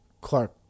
Clark